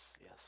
yes